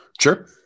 sure